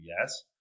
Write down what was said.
yes